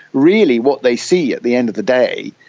really what they see at the end of the day,